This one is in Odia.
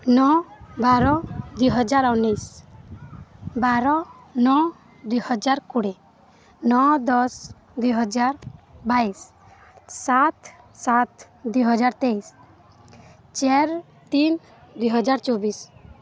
ନଅ ବାର ଦୁଇ ହଜାର ଉଣେଇଶି ବାର ନଅ ଦୁଇ ହଜାର କୋଡ଼ିଏ ନଅ ଦଶ ଦୁଇ ହଜାର ବାଇଶି ସାତ ସାତ ଦୁଇ ହଜାର ତେଇଶି ଚାରି ତିନି ଦୁଇ ହଜାର ଚବିଶି